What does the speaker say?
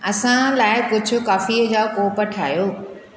असां लाइ कुझु कॉफ़ीअ जा कोप ठाहियो